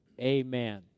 Amen